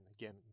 again